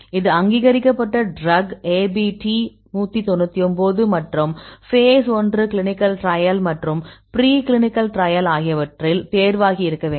இது அங்கீகரிக்கப்பட்ட drug ABT 199 மற்றும் ஃபேஸ் ஒன்று கிளினிக்கல் ட்ரையல் மற்றும் ப்ரீகிளினிக்கல் ட்ரையல் ஆகியவற்றில் தேர்வாகி இருக்க வேண்டும்